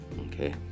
Okay